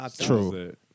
True